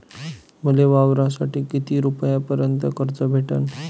मले वावरासाठी किती रुपयापर्यंत कर्ज भेटन?